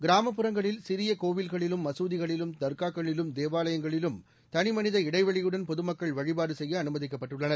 கிராமப்புறங்களில் சிறிய கோவில்களிலும் மசூதிகளிலும் தர்காக்களிலும் தேவாலயங்களிலும் தனிமனித இடைவெளியுடன் பொதுமக்கள் வழிபாடு செய்ய அனுமதிக்கப்பட்டுள்ளனர்